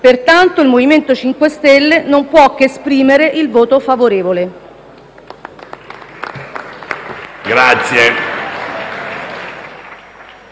Pertanto, il MoVimento 5 Stelle non può che esprimere un voto favorevole.